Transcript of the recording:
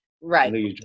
Right